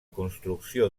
construcció